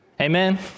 Amen